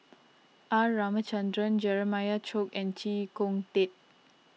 R Ramachandran Jeremiah Choy and Chee Kong Tet